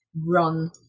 run